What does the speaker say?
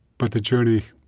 but the journey,